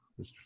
Mr